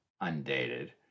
undated